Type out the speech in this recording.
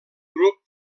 grup